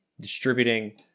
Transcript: distributing